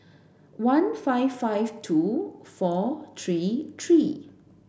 one five five two four three three